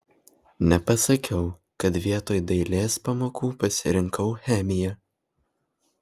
nepasakiau kad vietoj dailės pamokų pasirinkau chemiją